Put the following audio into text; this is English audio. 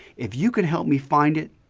if you can help me find it,